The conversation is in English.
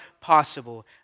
possible